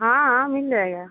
हाँ हाँ मिल जाएगा